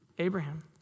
Abraham